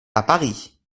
paris